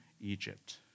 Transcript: Egypt